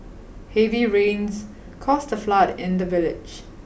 heavy rains caused a flood in the village